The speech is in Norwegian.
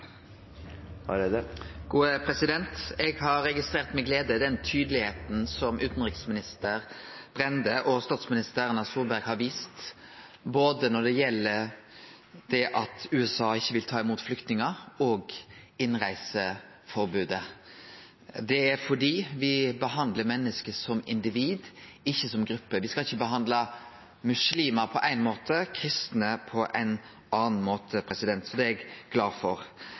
Eg har registrert med glede den tydelegheita som utanriksminister Børge Brende og statsminister Erna Solberg har vist både når det gjeld det at USA ikkje vil ta imot flyktningar, og innreiseforbodet, og det er fordi me behandlar menneske som individ, ikkje som gruppe. Me skal ikkje behandle muslimar på ein måte og kristne på ein annan måte – så det er eg glad for.